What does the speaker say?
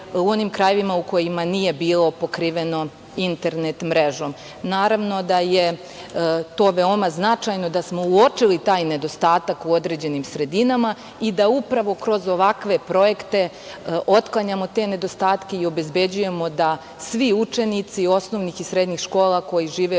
u onim krajevima u kojima nije bilo pokriveno internet mrežom. Naravno da je to veoma značajno, da smo uočili taj nedostatak u određenim sredinama i da upravo kroz ovakve projekte otklanjamo te nedostatke i obezbeđujemo da svi učenici osnovnih i srednjih škola koji žive u